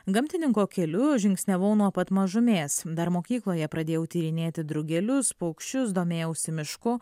gamtininko keliu žingsniavau nuo pat mažumės dar mokykloje pradėjau tyrinėti drugelius paukščius domėjausi mišku